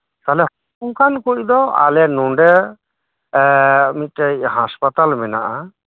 ᱛᱟᱦᱚᱞᱮ ᱚᱱᱠᱟᱡ ᱠᱩᱫᱚ ᱟᱞᱮ ᱱᱚᱰᱮ ᱢᱤᱫᱴᱮᱡ ᱦᱟᱥᱯᱟᱛᱟᱞ ᱢᱮᱱᱟᱜᱼᱟ